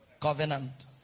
Covenant